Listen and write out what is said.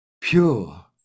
pure